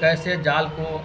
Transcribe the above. کیسے جال کو